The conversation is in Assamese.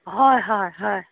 হয় হয় হয়